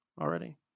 already